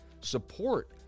support